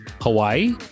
Hawaii